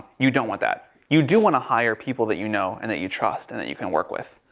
you don't want that. you do want to hire people that you know, and that you trust and that you can work with.